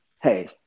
Hey